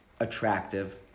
attractive